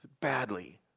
badly